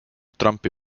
trumpi